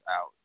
out